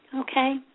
okay